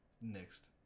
next